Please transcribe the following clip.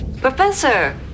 Professor